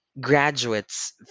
graduates